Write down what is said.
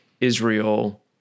Israel